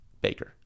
baker